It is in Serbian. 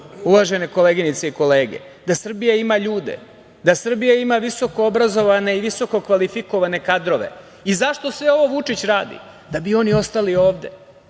uvažene koleginice i kolege? Da Srbija ima ljude, da Srbija ima visoko obrazovane i visoko kvalifikovane kadrove. Zašto sve ovo Vučić radi? Da bi oni ostali ovde,